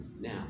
now